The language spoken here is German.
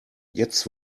jetzt